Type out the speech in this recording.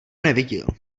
neviděl